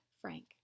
Frank